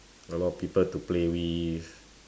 a lot of people to play with